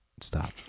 stop